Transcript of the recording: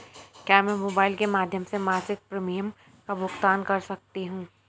क्या मैं मोबाइल के माध्यम से मासिक प्रिमियम का भुगतान कर सकती हूँ?